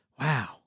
wow